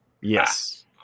yes